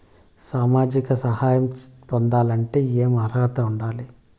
సామాజిక సహాయం పొందాలంటే ఏమి అర్హత ఉండాలి?